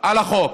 על החוק,